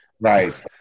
Right